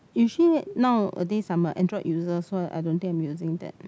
usually nowadays I'm a Android user so I don't think I'm using that